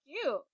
cute